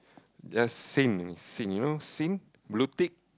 just seen only seen you know seen blue tick